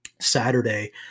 Saturday